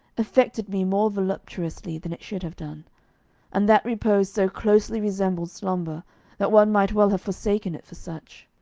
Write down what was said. affected me more voluptuously than it should have done and that repose so closely resembled slumber that one might well have mistaken it for such.